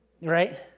right